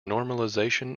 normalization